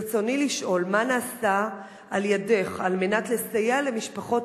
ברצוני לשאול: מה נעשה על-ידך על מנת לסייע למשפחות